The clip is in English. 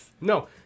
No